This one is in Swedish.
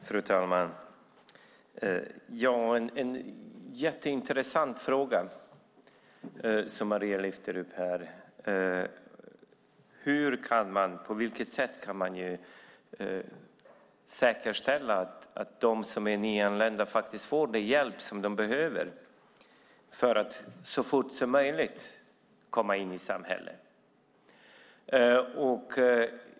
Fru talman! Det är en jätteintressant fråga som Maria Stenberg lyfter upp, nämligen på vilket sätt man kan säkerställa att de som är nyanlända faktiskt får den hjälp som de behöver för att så fort som möjligt komma in i samhället.